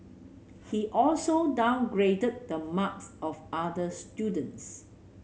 he also downgraded the marks of other students